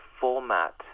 format